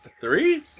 three